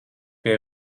pie